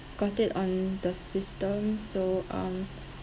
got it on the system so um